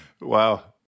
Wow